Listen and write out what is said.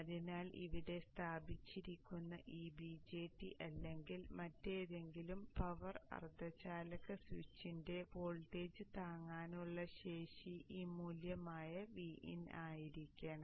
അതിനാൽ ഇവിടെ സ്ഥാപിച്ചിരിക്കുന്ന ഈ BJT അല്ലെങ്കിൽ മറ്റേതെങ്കിലും പവർ അർദ്ധചാലക സ്വിച്ചിന്റെ വോൾട്ടേജ് താങ്ങാനുള്ള ശേഷി ഈ മൂല്യമായ Vin ആയിരിക്കണം